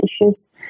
issues